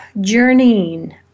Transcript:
journeying